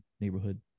neighborhood